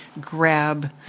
grab